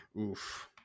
Oof